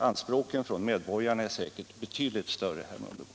Anspråken från medborgarna är säkerligen betydligt större, herr Mundebo.